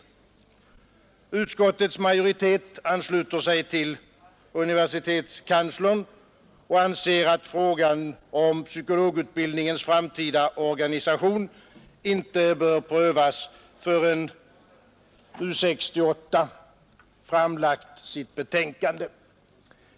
Utskottets majoritet ansluter sig till universitetskanslern och anser att frågan om psykologutbildningens framtida organisation inte bör prövas förrän U 68 framlagt sitt betänkande.